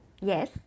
Yes